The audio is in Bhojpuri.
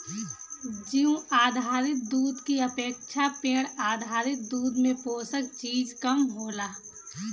जीउ आधारित दूध की अपेक्षा पेड़ आधारित दूध में पोषक चीज कम होला